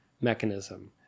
mechanism